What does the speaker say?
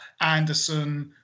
Anderson